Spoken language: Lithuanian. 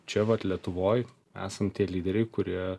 čia vat lietuvoj esam tie lyderiai kurie